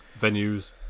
venues